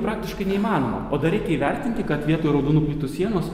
praktiškai neįmanoma o dar reikia įvertinti kad vietoj raudonų plytų sienos